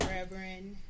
Reverend